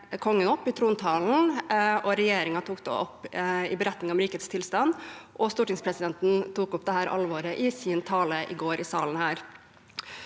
kongen opp i trontalen, regjeringen tok det opp i beretningen om rikets tilstand, og stortingspresidenten tok opp dette alvoret i sin tale i salen